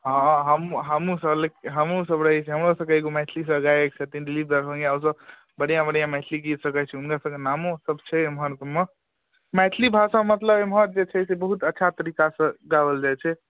हँ हँ हम हमहूँसभ हमहूँसभ रहैत छी हमरोसभकेँ एगो मैथिलीसँ गायक छथिन दिलीप दरभंगिआ ओसभ बढ़िआँ बढ़िआँ मैथिली गीतसभ गबैत छै हुनकरसभके नामोसभ छै ओमहर सभमे मैथिली भाषा मतलब एमहर जे छै से बहुत अच्छा तरीकासँ गाओल जाइत छै